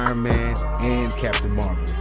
um man and captain marvel.